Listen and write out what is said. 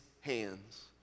hands